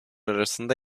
arasında